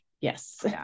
Yes